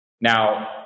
Now